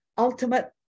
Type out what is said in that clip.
ultimate